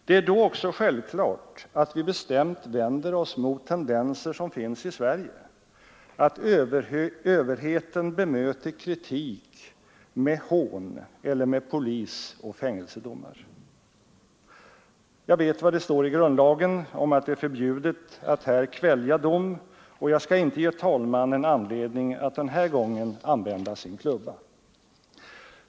Det är då också självklart att vi bestämt vänder oss mot tendenser som finns i Sverige att överheten bemöter kritik med hån eller med polis och fängelsedomar. Jag vet vad det står i grundlagen om att det är förbjudet att kvälja dom, och jag skall inte ge talmannen anledning att den här gången använda sin klubba.